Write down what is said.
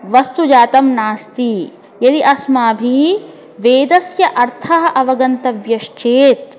वस्तुजातं नास्ती यदि अस्माभिः वेदस्य अर्थः अवगन्तव्यश्चेत्